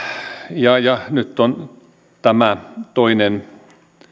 ja ja nyt on tämä toinen